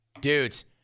Dudes